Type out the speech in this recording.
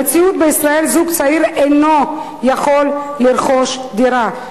במציאות בישראל זוג צעיר אינו יכול לרכוש דירה.